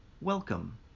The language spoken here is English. Welcome